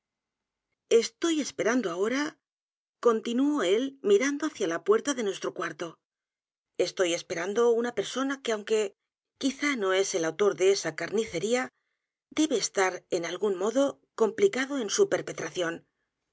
estoy esperando ahora continuó él m i r a n d o hacia la puerta de nuestro cuarto estoy esperando una persona que aunque quizá no es el autor de esa carnicería debe estar en algún modo complicado en su